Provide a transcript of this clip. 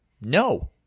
No